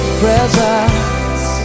presence